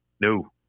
No